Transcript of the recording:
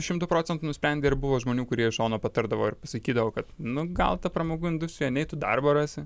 šimtu procentų nusprendei ar buvo žmonių kurie iš šono patardavo ir sakydavo kad nu gal ta pramogų industrija nei tu darbo rasi